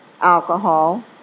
alcohol